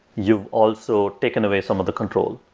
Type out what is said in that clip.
you've also taken away some of the control.